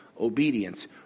obedience